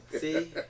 See